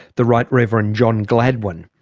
the right rev. ah and john gladwin,